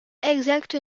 exacte